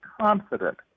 confident